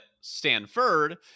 Stanford